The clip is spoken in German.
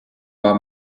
war